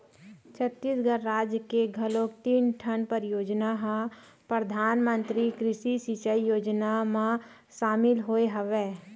छत्तीसगढ़ राज के घलोक तीन ठन परियोजना ह परधानमंतरी कृषि सिंचई योजना म सामिल होय हवय